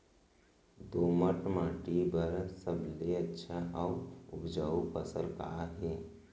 दोमट माटी बर सबले अच्छा अऊ उपजाऊ फसल का हे?